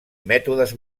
mètodes